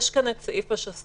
יש כאן את סעיף השסתום,